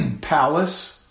palace